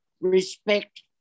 respect